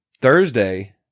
Thursday